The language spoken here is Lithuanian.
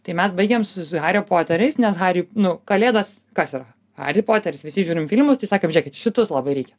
tai mes baigėm su hario poteriais nes hariui nu kalėdos kas yra haris poteris visi žiūrim filmus tai sakėm žiūrėkit šitus labai reikia